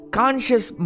conscious